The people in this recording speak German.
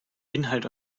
inhalt